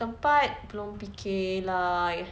tempat belum fikir lah